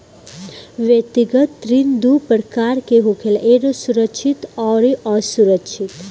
व्यक्तिगत ऋण दू प्रकार के होखेला एगो सुरक्षित अउरी असुरक्षित